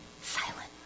silent